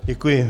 Děkuji.